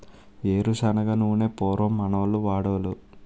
ఏరు శనగ నూనె పూర్వం మనోళ్లు వాడోలు